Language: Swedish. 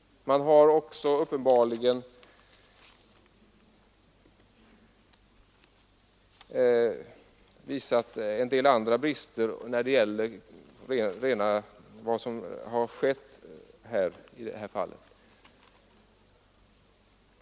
Men de borgerligas agerande uppvisar brister också i andra avseenden.